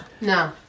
No